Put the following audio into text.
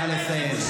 נא לסיים.